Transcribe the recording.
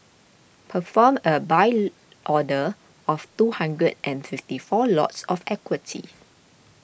perform a buy order of two hundred and fifty four lots of equity